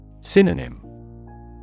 Synonym